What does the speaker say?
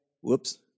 Whoops